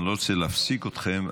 אני לא רוצה להפסיק אתכם,